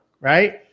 right